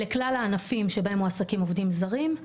לכלל הענפים שבהם מועסקים עובדים זרים.